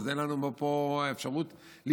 אז אין לנו פה אפשרות להתקיים.